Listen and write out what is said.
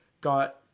got